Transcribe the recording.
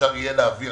שאפשר יהיה להעביר.